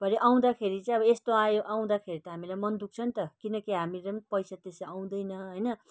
भरे आउँदाखेरि चाहिँ अब यस्तो आयो आउँदाखेरि त हामीलाई मन दुख्छ त किनकि हामीले पैसा त्यसै आउँदैन होइन